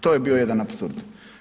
To je bio jedan apsurd.